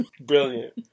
Brilliant